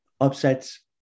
Upsets